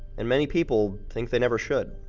and many people think they never should.